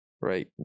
right